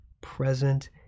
present